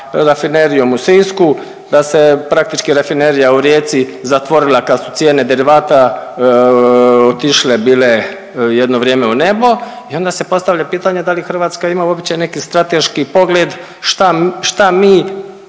Rafinerijom u Sisku, da se praktički Rafinerija u Rijeci zatvorila kad su cijene derivata otišle bile jedno vrijeme u nebo i onda se postavlja pitanje da li Hrvatska ima uopće neki strateški pogled šta mi